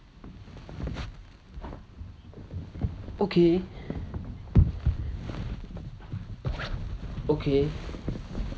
okay okay